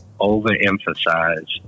overemphasize